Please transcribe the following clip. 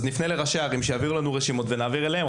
נפנה לראשי הערות שיעבירו אלינו רשימות ונעביר אליהם,